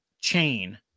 chain